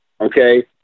okay